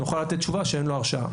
נוכל לתת תשובה שאין לו הרשעה.